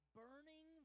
burning